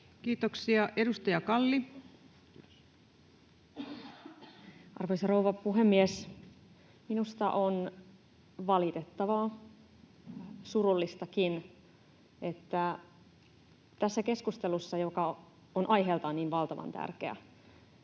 Time: 18:10 Content: Arvoisa rouva puhemies! Minusta on valitettavaa, surullistakin, että tässä keskustelussa, joka on aiheeltaan niin valtavan tärkeä,